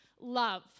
love